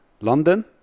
London